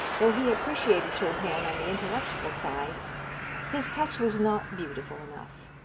though he appreciated chopin on the intellectual side his touch was not beautiful enough.